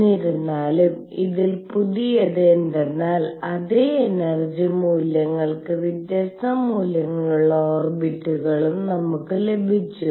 എന്നിരുന്നാലും ഇതിൽ പുതിയത് എന്തെന്നാൽ അതേ എനർജി മൂല്യങ്ങൾക്ക് വ്യത്യസ്ത മൂല്യങ്ങളുള്ള ഓർബിറ്റുകളും നമുക്ക് ലഭിച്ചു